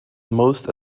most